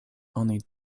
oni